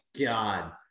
God